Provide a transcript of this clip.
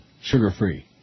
sugar-free